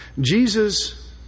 Jesus